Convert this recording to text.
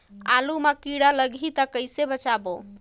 आलू मां कीड़ा लाही ता कइसे बचाबो?